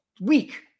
week